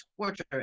torture